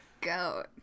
goat